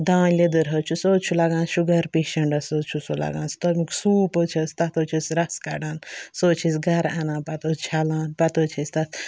دان لیٚدٕر حظ چھُ سُہ حظ چھُ لَگان شُگَر پیشَںٛٹَس حظ چھُ سُہ لَگان تَمیُک سوٗپ حظ چھِ تَتھ حظ چھِ رَس کَڑان سُہ حظ چھِ أسۍ گَرٕ اَنان پَتہٕ حظ چھَلان پَتہٕ حظ چھِ أسۍ تَتھ